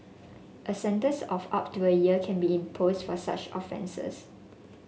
a sentence of up to a year can be for such offences